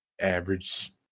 average